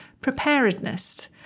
preparedness